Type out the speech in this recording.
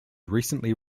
recently